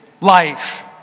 life